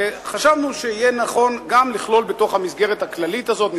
וחשבנו שיהיה נכון גם לכלול בתוך המסגרת הכללית הזאת,